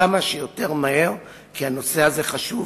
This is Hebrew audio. כמה שיותר מהר, כי הנושא הזה חשוב,